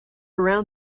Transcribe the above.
around